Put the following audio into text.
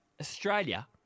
Australia